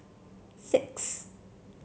six